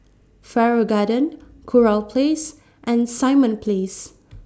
Farrer Garden Kurau Place and Simon Place